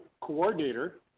coordinator